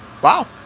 Wow